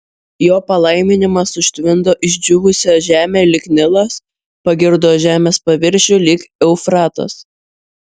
jo palaiminimas užtvindo išdžiūvusią žemę lyg nilas pagirdo žemės paviršių lyg eufratas